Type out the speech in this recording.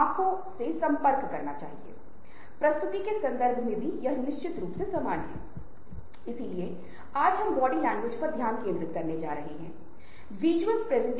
वास्तव में एक सामाजिक सांस्कृतिक संदर्भ में नेटवर्किंग का अध्ययन या एक अच्छा नेटवर्किंग कौशल होने का विस्तार करें